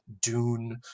Dune